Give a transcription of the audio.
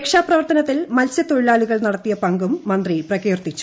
രക്ഷാപ്രവർത്തനത്തിൽ മത്സ്യത്തൊഴിലാളികൾ നടത്തിയ പങ്കും മന്ത്രി പ്രകീർത്തിച്ചു